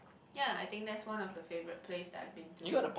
ya I think that's one of the favourite place that I've been to